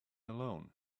alone